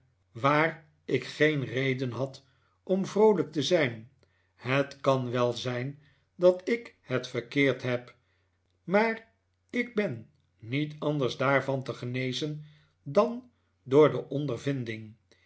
waar ik geen reden had om vroolijk te zijn het kan wel zijn dat ik het verkeerd heb maar ik ben niet anders daarvan te genezen dan door de ondervinding